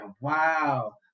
wow